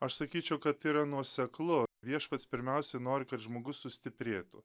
aš sakyčiau kad yra nuoseklu viešpats pirmiausia nori kad žmogus sustiprėtų